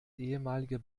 ehemalige